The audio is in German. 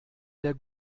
der